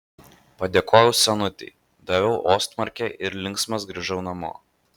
padėkojau senutei daviau ostmarkę ir linksmas grįžau namo